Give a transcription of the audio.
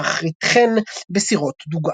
ואחריתכן בסירות דוגה.